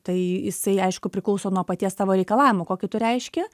tai jisai aišku priklauso nuo paties tavo reikalavimo kokį tu reiški